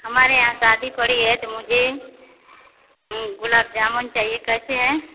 हमारे यहाँ शादी पड़ी है तो मुझे गुलाब जामुन चाहिए कैसे हैं